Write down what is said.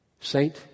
Saint